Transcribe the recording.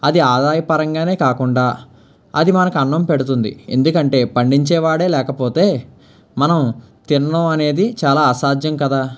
అది ఆదాయపరంగానే కాకుండా అది మనకు అన్నం పెడుతుంది ఎందుకంటే పండించే వాడే లేకపోతే మనం తినడం అనేది చాలా అసాధ్యం కదా